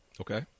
okay